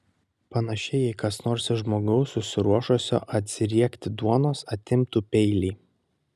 panašiai jei kas nors iš žmogaus susiruošusio atsiriekti duonos atimtų peilį